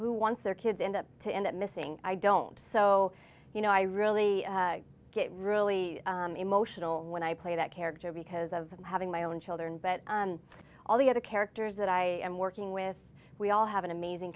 who wants their kids end up to end up missing i don't so you know i really get really emotional when i play that character because of having my own children but all the other characters that i am working with we all have an amazing